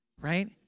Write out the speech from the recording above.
right